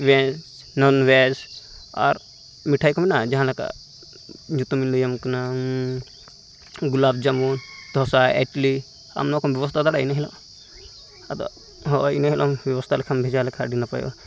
ᱵᱷᱮᱡᱽ ᱱᱚᱱᱼᱵᱷᱮᱡᱽ ᱟᱨ ᱢᱤᱴᱷᱟᱭᱠᱚ ᱢᱮᱱᱟᱜᱼᱟ ᱡᱟᱦᱟᱸᱞᱮᱠᱟ ᱧᱩᱛᱩᱢᱤᱧ ᱞᱟᱹᱭᱟᱢ ᱠᱟᱱᱟ ᱜᱩᱞᱟᱵᱽ ᱡᱟᱢᱩᱱ ᱫᱷᱳᱥᱟ ᱮᱰᱞᱤ ᱟᱢ ᱱᱚᱣᱟᱠᱚᱢ ᱵᱮᱵᱚᱛᱷᱟ ᱫᱟᱲᱮᱭᱟᱜᱼᱟ ᱤᱱᱟᱹ ᱦᱤᱞᱳᱜ ᱟᱫᱚ ᱦᱳᱭ ᱤᱱᱟᱹ ᱦᱤᱞᱳᱜᱮᱢ ᱵᱮᱵᱚᱥᱛᱷᱟ ᱞᱮᱠᱷᱟᱡᱮᱢ ᱵᱷᱮᱡᱟ ᱞᱮᱠᱷᱟᱡ ᱟᱹᱰᱤ ᱱᱟᱯᱟᱭᱚᱜᱼᱟ